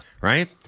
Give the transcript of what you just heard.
Right